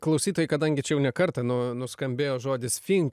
klausytojai kadangi čia jau ne kartą nu nuskambėjo žodis finka